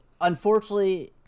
unfortunately